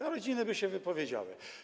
Te rodziny by się wypowiedziały.